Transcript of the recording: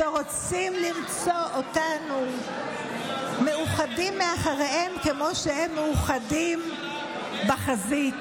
שרוצים למצוא אותנו מאוחדים מאחוריהם כמו שהם מאוחדים בחזית?